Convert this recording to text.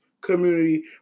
community